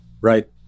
right